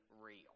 real